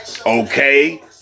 Okay